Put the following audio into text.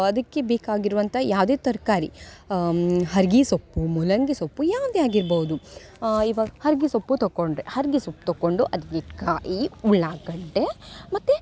ಅದಕ್ಕೆ ಬೇಕಾಗಿರುವಂಥ ಯಾವುದೇ ತರಕಾರಿ ಹರ್ಗಿ ಸೊಪ್ಪು ಮೂಲಂಗಿ ಸೊಪ್ಪು ಯಾವುದೇ ಆಗಿರ್ಬೌದು ಇವಾಗ ಹರ್ಗಿ ಸೊಪ್ಪು ತಕೊಂಡೆ ಹರ್ಗೆ ಸೊಪ್ಪು ತಕೊಂಡು ಅದಕ್ಕೆ ಕಾಯಿ ಉಳ್ಳಾಗಡ್ಡೆ ಮತ್ತು